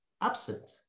absent